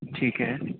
ٹھیک ہے